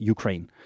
Ukraine